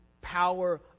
power